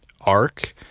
arc